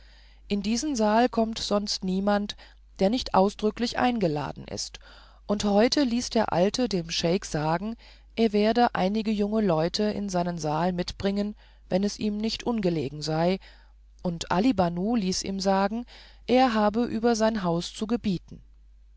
in diesen saal kommt sonst niemand wer nicht ausdrücklich eingeladen ist und heute ließ der alte dem scheik sagen er werde einige junge männer in seinen saal mitbringen wenn es ihm nicht ungelegen sei und ali banu ließ ihm sagen er habe über sein haus zu gebieten